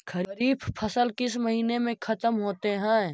खरिफ फसल किस महीने में ख़त्म होते हैं?